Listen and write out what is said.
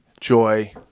joy